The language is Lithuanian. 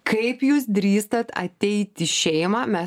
kaip jūs drįstat ateit į šeimą mes